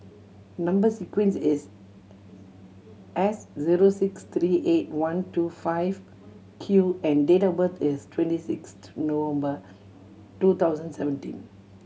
number sequence is S zero six three eight one two five Q and date of birth is twenty six November two thousand seventeen